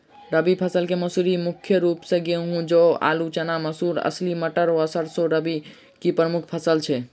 रबी फसल केँ मसूरी मुख्य रूप सँ गेंहूँ, जौ, आलु,, चना, मसूर, अलसी, मटर व सैरसो रबी की प्रमुख फसल छै